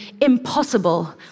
impossible